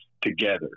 together